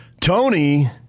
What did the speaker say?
Tony